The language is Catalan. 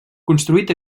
construït